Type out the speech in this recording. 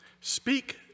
speak